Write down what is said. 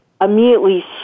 immediately